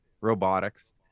robotics